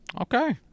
Okay